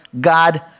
God